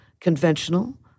conventional